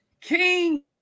King